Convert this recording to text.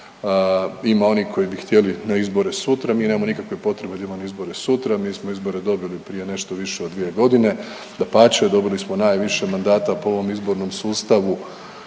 ima onih koji bi htjeli na izbore sutra, mi nemamo nikakve potrebe da idemo na izbore sutra, mi smo izbore dobili prije nešto više od 2 godine, dapače dobili smo najviše mandata po ovom izbornom sustavu